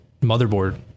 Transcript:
motherboard